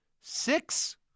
six